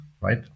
Right